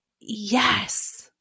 Yes